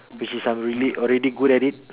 which is I'm really already good at it